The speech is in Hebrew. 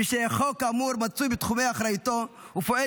מי שהחוק האמור מצוי בתחומי אחריותו ופועל